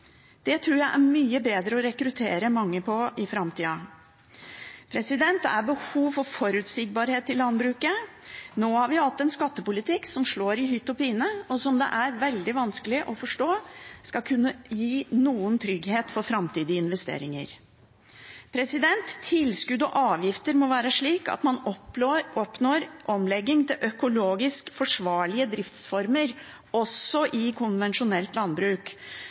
Det tror jeg er mye bedre for å rekruttere mange i framtida. Det er behov for forutsigbarhet i landbruket. Nå har vi hatt en skattepolitikk som slår i hytt og vær, og som det er veldig vanskelig å forstå at skal kunne gi noen trygghet for framtidige investeringer. Tilskudd og avgifter må være slik at man oppnår omlegging til økologisk forsvarlige driftsformer, også i konvensjonelt landbruk,